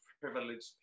privileged